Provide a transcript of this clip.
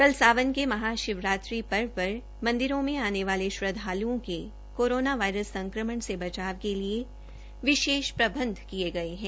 कल सावन के महा शिवरात्रि पर्व पर मंदिरों में आने वाले श्रद्धालुओं के कोरोना वायरस संकमण से बचाव के लिए विशेष प्रबंध किए गए हैं